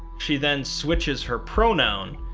she then switches her pronoun,